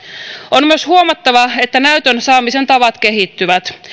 on myös huomattava että näytön saamisen tavat kehittyvät